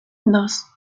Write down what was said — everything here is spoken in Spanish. dos